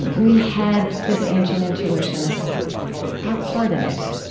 and we had this ancient intuition of our part in it.